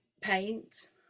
paint